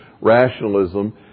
rationalism